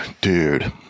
Dude